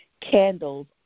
candles